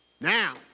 Now